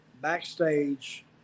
backstage